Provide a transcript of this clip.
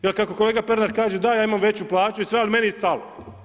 Jer kako kolega Pernar kaže ja imam veću plaću i sve ali meni je stalo.